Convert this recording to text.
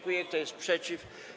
Kto jest przeciw?